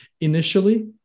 initially